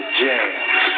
jams